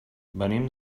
venim